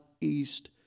east